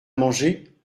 manger